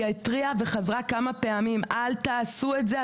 היא התריעה וחזרה ואמרה כמה פעמים: אל תעשו את זה,